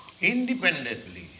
Independently